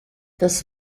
das